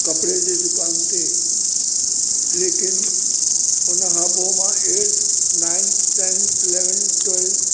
कपिड़े जे दुकान ते लेकिन हुनखां पोइ मां eighth ninth tenth eleven twelfth